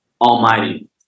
Almighty